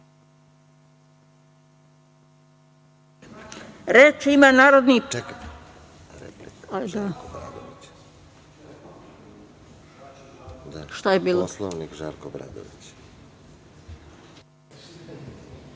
Reč ima narodni